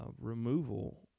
removal